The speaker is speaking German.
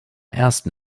ersten